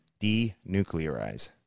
denuclearize